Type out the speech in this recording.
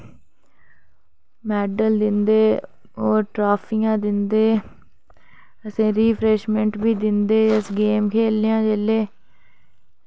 medal दिंदे होर ट्रॉफियां दिंदे रिफ्रैशमैंट बी दिंदे गेम खेल्लने आं जेल्लै